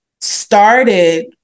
started